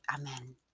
Amen